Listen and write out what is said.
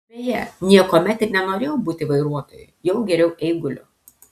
beje niekuomet ir nenorėjau būti vairuotoju jau geriau eiguliu